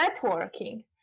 networking